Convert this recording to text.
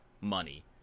money